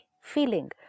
feeling